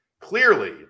clearly